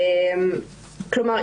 כלומר,